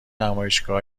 نمایشگاه